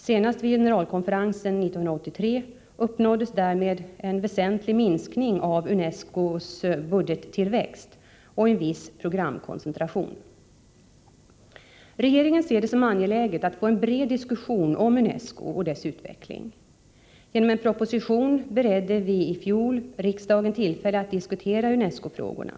Senast vid generalkonferensen 1983 uppnåddes därmed en väsentlig minskning av UNESCO:s budgettillväxt och en viss programkoncentration. Regeringen ser det som angeläget att få en bred diskussion om UNESCO Nr 61 och dess utveckling. Genom en proposition beredde vi i fjol Tisdagen den riksdagen tillfälle att diskutera UNESCO-frågorna.